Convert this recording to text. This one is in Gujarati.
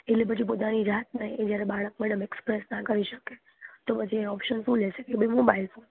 એટલે પછી પોતાની જાતને એ જ્યારે બાળક મેડમ એક્સપ્રેસ ના કરી શકે તો પછી એના ઓપ્શન શું લેશે કે ભઈ મોબાઈલ ફોન